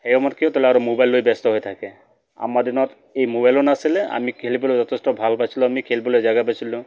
সেই সময়ত কিয় ল'ৰাটো মোবাইল লৈ ব্যস্ত হৈ থাকে আমাৰ দিনত এই মোবাইলো নাছিলে আমি খেলিবলৈ যথেষ্ট ভাল পাইছিলোঁ আমি খেলিবলৈ জেগা পাইছিলোঁ